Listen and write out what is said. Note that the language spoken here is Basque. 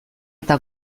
eta